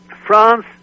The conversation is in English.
France